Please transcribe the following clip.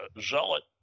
zealot